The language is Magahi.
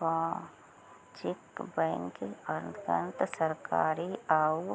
वाणिज्यिक बैंकिंग के अंतर्गत सरकारी आउ